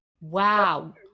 Wow